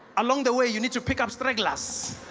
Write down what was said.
along the way you need to pick up stragglers